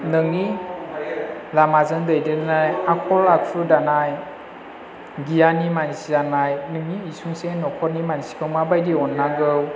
नोंनि लामाजों दैदेननाय आखल आखु दानाय गियानि मानसि जानाय नोंनि उसुंसे न'खरनि मानसिखौ मा बयइदि अननांगौ